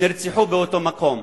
נרצחו באותו מקום,